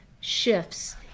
shifts